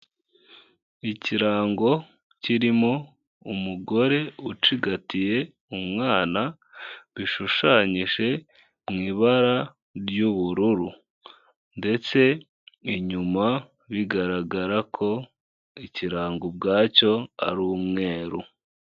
Ikirango kirimo umugore ucigatiye umwana, bishushanyije mu ibara ry'ubururu, ndetse inyuma bigaragara ko ikirango ubwacyo, ari umweru.